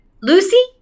Lucy